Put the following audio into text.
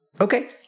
okay